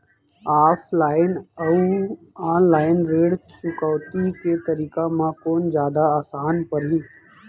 Offline अऊ online ऋण चुकौती के तरीका म कोन जादा आसान परही?